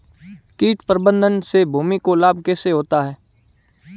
कीट प्रबंधन से भूमि को लाभ कैसे होता है?